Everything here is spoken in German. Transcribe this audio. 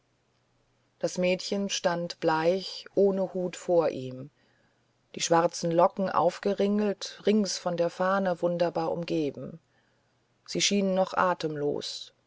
das mädchen stand bleich ohne hut vor ihm die schwarzen locken aufgeringelt rings von der fahne wunderbar umgeben sie schien noch atemlos